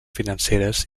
financeres